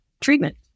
treatment